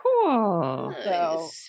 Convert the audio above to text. Cool